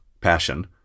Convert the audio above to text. Passion